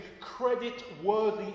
credit-worthy